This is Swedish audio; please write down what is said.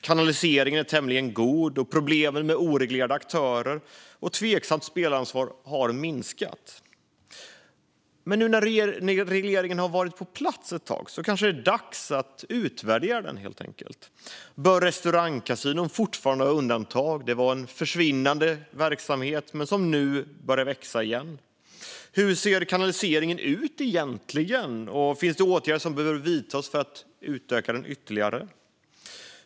Kanaliseringen är tämligen god, och problemen med oreglerade aktörer och tveksamt spelansvar har minskat. Nu när regleringen varit på plats ett tag är det kanske dags att utvärdera den. Bör restaurangkasinon fortfarande ha undantag? Det var en försvinnande verksamhet, men nu växer den igen. Hur ser kanaliseringen ut egentligen, och finns det åtgärder som behöver vidtas för att utöka den ytterligare?